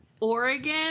Oregon